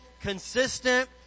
consistent